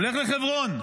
הולך לחברון,